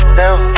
down